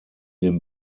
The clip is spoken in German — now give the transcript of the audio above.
den